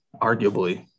arguably